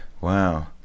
Wow